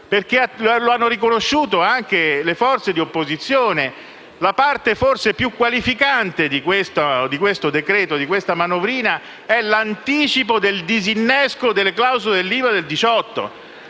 Come hanno riconosciuto anche le forze di opposizione, la parte forse più qualificante di questa manovrina è l'anticipo del disinnesco delle clausole dell'IVA del 2018: